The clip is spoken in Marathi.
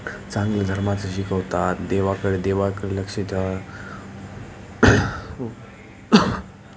चांगलं धर्माचं शिकवतात देवाकडे देवाकडे लक्ष द्या